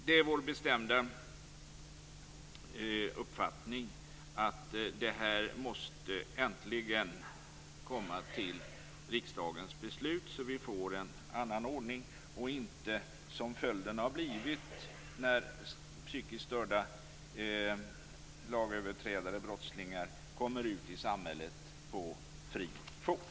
Det är vår bestämda uppfattning att riksdagen äntligen måste fatta beslut om detta så att vi får en annan ordning och inte som följden har blivit när psykiskt störda lagöverträdare, brottslingar, kommer ut i samhället på fri fot.